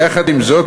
יחד עם זאת,